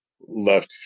left